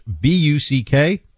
B-U-C-K